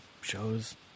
shows